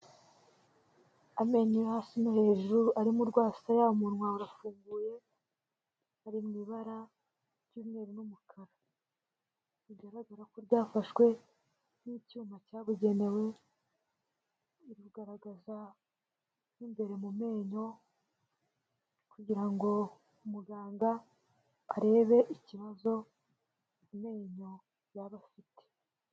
Amenyo yo hasi no hejuru ari mu rwasaya umunwa wafunguye, ari mu ibara ry'umweru n'umukara, bigaragara ko ryafashwe n'icyuma cyabugenewe ruri kugaragaza mo imbere mu menyo, kugira ngo muganga arebe ikibazo amenyo yaba afite.